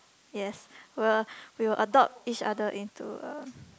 yes we'll we will adopt each other into a